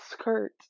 skirt